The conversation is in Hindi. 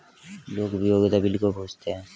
लोग उपयोगिता बिल क्यों पूछते हैं?